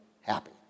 happy